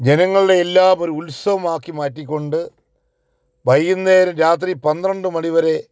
ജനങ്ങളുടെ എല്ലാം ഒരു ഉത്സവമാക്കി മാറ്റി കൊണ്ട് വൈകുന്നേരം രാത്രി പന്ത്രണ്ട് മണിവരെ